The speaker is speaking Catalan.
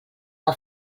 que